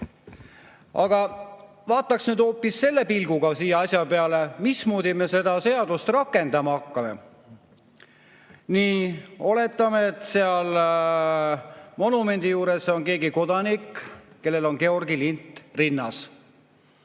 Aga vaataks nüüd hoopis selle pilguga asja peale, mismoodi me seda seadust rakendama hakkame. Nii, oletame, et seal monumendi juures on keegi kodanik, kellel on Georgi lint rinnas.